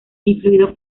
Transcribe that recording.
influido